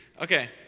Okay